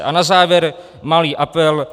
A na závěr malý apel.